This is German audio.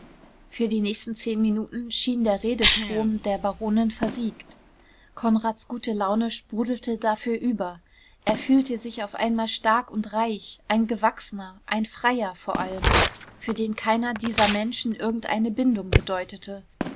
für die nächsten zehn minuten schien der redestrom der baronin versiegt konrads gute laune sprudelte dafür über er fühlte sich auf einmal stark und reich ein gewachsener ein freier vor allem für den keiner dieser menschen irgendeine bindung bedeutete